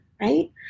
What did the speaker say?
Right